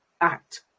ACT